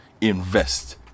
invest